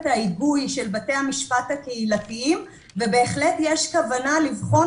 ההיגוי של בתי המשפט הקהילתיים ובהחלט יש כוונה לבחון